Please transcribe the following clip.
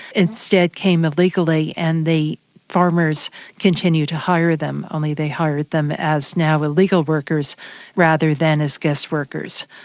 instead came illegally and the farmers continued to hire them, only they hired them as now illegal workers rather than as guest workers.